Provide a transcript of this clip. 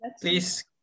Please